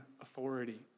authority